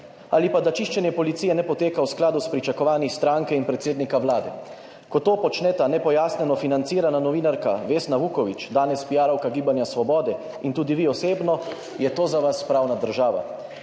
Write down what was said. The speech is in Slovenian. Ali pa, da čiščenje policije ne poteka v skladu s pričakovanji stranke in predsednika Vlade? Ko to počneta nepojasnjeno financirana novinarka Vesna Vuković, danes piarovka Gibanja svobode, in tudi vi osebno, je to za vas pravna država.